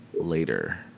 later